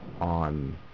on